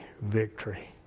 victory